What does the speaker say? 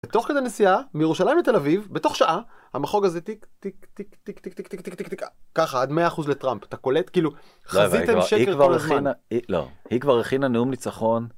בתוך כדי נסיעה, מירושלים לתל אביב, בתוך שעה, המחוג הזה טיק טיק טיק טיק טיק ככה עד 100% לטראמפ, אתה קולט, כאילו, חזית אין שקל כל הכבוד. היא כבר הכינה נאום ניצחון.